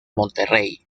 monterrey